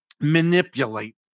manipulate